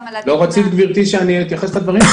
גם על הדיון --- לא רצית שאני אתייחס לדברים?